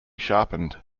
sharpened